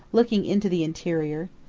looking into the interior.